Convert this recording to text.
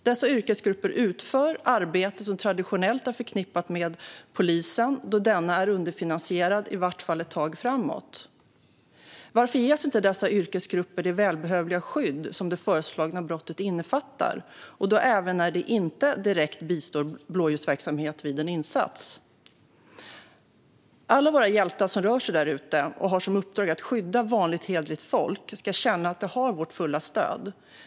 Dessa yrkesgrupper utför arbete som traditionellt sett är förknippat med polisen då denna är underfinansierad, i varje fall ett tag framöver. Varför ges inte dessa yrkesgrupper det välbehövliga skydd som det föreslagna brottet innefattar, även när de inte direkt bistår blåljusverksamhet vid en insats? Alla våra hjältar som rör sig där ute och har som uppdrag att skydda vanligt hederligt folk ska känna att de har vårt fulla stöd.